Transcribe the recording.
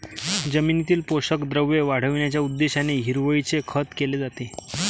जमिनीतील पोषक द्रव्ये वाढविण्याच्या उद्देशाने हिरवळीचे खत केले जाते